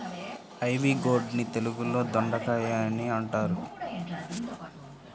ivy gourd ని తెలుగులో దొండకాయ అని అంటారు